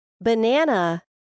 banana